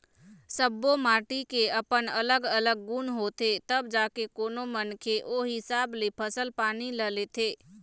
सब्बो माटी के अपन अलग अलग गुन होथे तब जाके कोनो मनखे ओ हिसाब ले फसल पानी ल लेथे